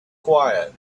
quiet